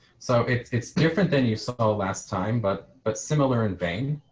so it's different than you saw last time but but similar in vain.